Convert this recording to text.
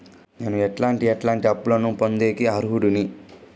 నేను ఎట్లాంటి ఎట్లాంటి అప్పులు పొందేకి అర్హుడిని?